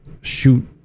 shoot